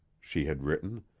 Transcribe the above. she had written.